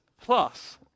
plus